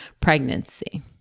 pregnancy